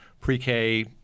pre-K